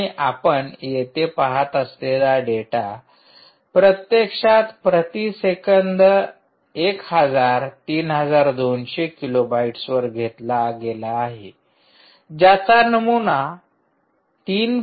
आणि आपण येथे पहात असलेला डेटा प्रत्यक्षात प्रति सेकंद 1000 3200 किलोबाइट्सवर घेतला गेला आहे ज्याचा नमुना ३